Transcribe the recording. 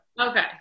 okay